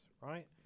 right